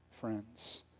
friends